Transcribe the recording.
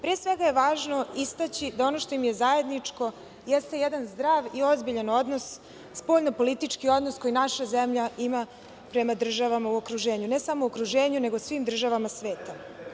Pre svega je važno istaći da ono što im je zajedničko jeste jedan zdrav i ozbiljan odnos, spoljno-politički odnos koji naša zemlja ima prema državama u okruženju, ne samo u okruženju, nego u svim državama sveta.